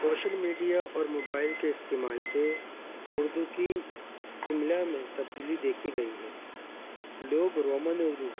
social media اور mobile کے استعمال سے اردو کی املا میں تبدیلی دیکھی گئی ہے لوگ رومن اردو